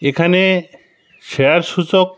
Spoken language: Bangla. এখানে শেয়ার সূচক